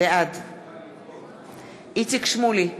בעד איציק שמולי,